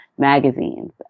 magazines